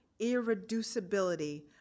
irreducibility